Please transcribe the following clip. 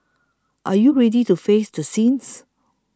are you ready to face the sins